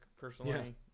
personally